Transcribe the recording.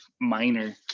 minor